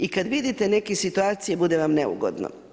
I kad vidite neke situacije bude vam neugodno.